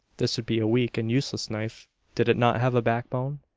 this would be a weak and useless knife did it not have a backbone.